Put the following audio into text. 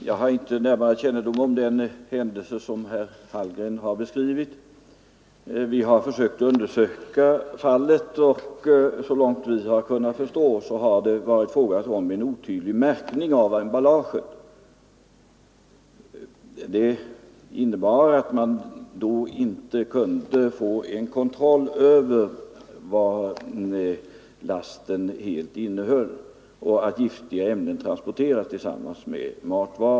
Herr talman! Jag har inte närmare kännedom om den händelse som herr Hallgren har beskrivit. Vi har försökt att undersöka fallet, och så långt vi har kunnat förstå har det varit fråga om en otydlig märkning av emballaget. Det innebär att man inte kunnat få kontroll över vad lasten i sin helhet innehöll och att giftiga ämnen transporterades tillsammans med matvaror.